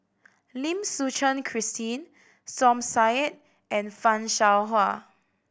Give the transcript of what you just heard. Lim Suchen Christine Som Said and Fan Shao Hua